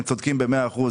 הם צודקים במאה אחוז.